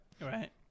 Right